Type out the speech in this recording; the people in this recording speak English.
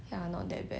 mmhmm